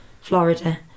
Florida